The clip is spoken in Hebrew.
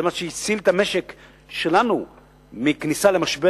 זה מה שהציל את המשק שלנו מכניסה למשבר.